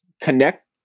connect